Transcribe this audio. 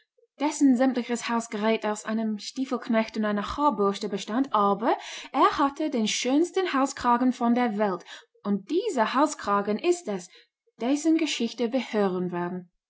dessen sämtliches hausgerät aus einem stiefelknecht und einer haarbürste bestand aber er hatte den schönsten halskragen von der welt und dieser halskragen ist es dessen geschichte wir hören werden